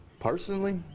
personally,